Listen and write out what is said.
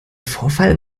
vorfall